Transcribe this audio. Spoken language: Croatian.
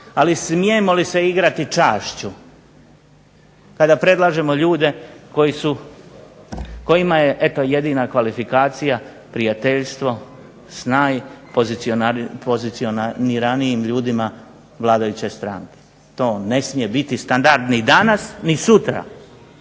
Ali smijemo li se igrati čašću kada predlažemo ljude koji su, kojima je eto jedina kvalifikacija prijateljstvo s najpozicioniranijim ljudima vladajuće stranke. To ne smije biti standard ni danas ni sutra.